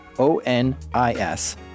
O-N-I-S